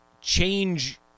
change